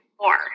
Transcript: more